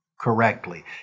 correctly